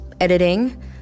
editing